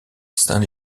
saint